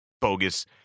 bogus